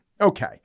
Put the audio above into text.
Okay